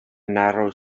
narrow